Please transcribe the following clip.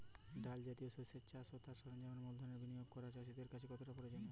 ডাল জাতীয় শস্যের চাষ ও তার সরঞ্জামের মূলধনের বিনিয়োগ করা চাষীর কাছে কতটা প্রয়োজনীয়?